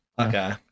okay